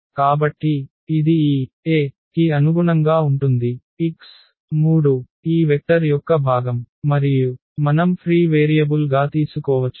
కాబట్టి ఇది ఈ కి అనుగుణంగా ఉంటుంది x3 ఈ వెక్టర్ యొక్క భాగం మరియు మనం ఫ్రీ వేరియబుల్ గా తీసుకోవచ్చు